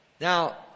Now